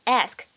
ask